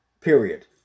Period